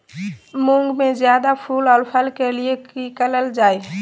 मुंग में जायदा फूल और फल के लिए की करल जाय?